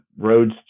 roads